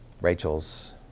Rachel's